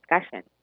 discussion